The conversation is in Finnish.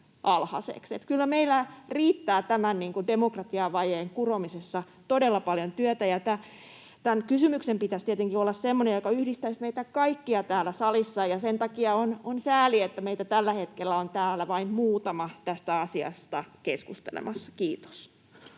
että kyllä meillä riittää tämän demokratia-vajeen kuromisessa todella paljon työtä. Tämän kysymyksen pitäisi tietenkin olla semmoinen, joka yhdistäisi meitä kaikkia täällä salissa, ja sen takia on sääli, että meitä tällä hetkellä on täällä vain muutama tästä asiasta keskustelemassa. — Kiitos.